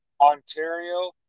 Ontario